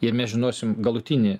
ir mes žinosim galutinį